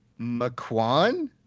McQuan